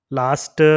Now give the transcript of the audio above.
last